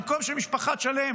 במקום שמשפחה תשלם